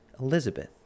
Elizabeth